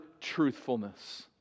truthfulness